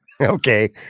Okay